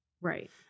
Right